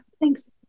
thanks